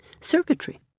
circuitry